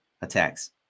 attacks